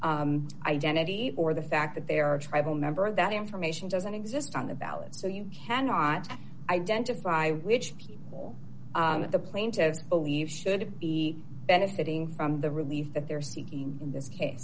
ethnic identity or the fact that they are tribal member that information doesn't exist on the ballots so you cannot identify which people on the plane to believe should be benefiting from the relief that they're seeking in this case